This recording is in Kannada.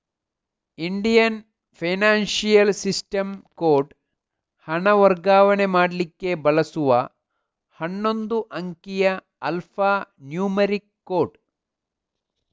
ಇಂಡಿಯನ್ ಫೈನಾನ್ಶಿಯಲ್ ಸಿಸ್ಟಮ್ ಕೋಡ್ ಹಣ ವರ್ಗಾವಣೆ ಮಾಡ್ಲಿಕ್ಕೆ ಬಳಸುವ ಹನ್ನೊಂದು ಅಂಕಿಯ ಆಲ್ಫಾ ನ್ಯೂಮರಿಕ್ ಕೋಡ್